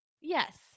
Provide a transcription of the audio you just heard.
Yes